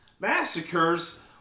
Massacres